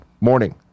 Morning